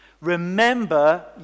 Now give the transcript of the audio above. Remember